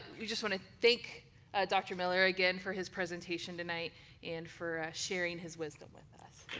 we just want to thank dr. miller again for his presentation tonight and for sharing his wisdom with us.